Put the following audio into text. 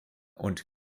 und